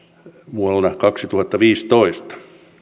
vuonna kaksituhattaviisitoista